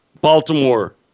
Baltimore